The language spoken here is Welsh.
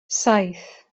saith